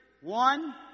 One